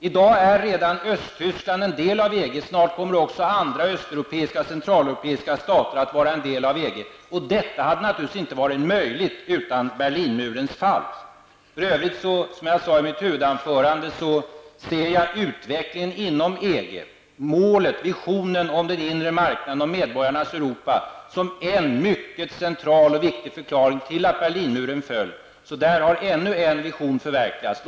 I dag är Östtyskland redan en del av EG. Snart kommer också andra östeuropeiska och centraleuropeiska stater att vara en del av EG. Detta hade naturligtvis inte varit möjligt utan Berlinmurens fall. För övrigt, som jag sade i mitt huvudanförande, ser jag utvecklingen inom EG -- målet, visionen om den inre marknaden och medborgarnas Europa -- som en mycket central och viktig förklaring till att Berlinmuren föll. Så där har ännu en vision förverkligats.